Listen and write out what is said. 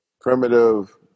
primitive